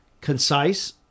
concise